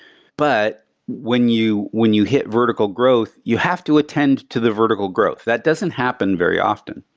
but when you when you hit vertical growth, you have to attend to the vertical growth. that doesn't happen very often.